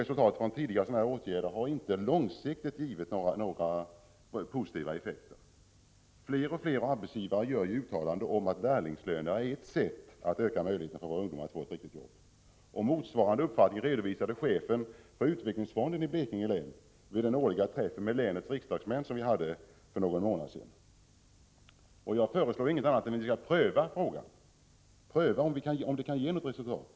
Resultaten av liknande åtgärder som tidigare vidtagits har långsiktigt inte givit några positiva effekter. Allt fler arbetsgivare säger ju att lärlingslönerna är ett sätt att öka möjligheterna för våra ungdomar att få ett riktigt arbete. Motsvarande uppfattning redovisade chefen för utvecklingsfonden i Blekinge län vid den årliga träff med länets riksdagsmän som ägde rum för någon månad sedan. Det enda jag kan föreslå är att frågan prövas. Vi måste ju pröva om åtgärderna kan ge något resultat.